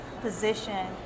position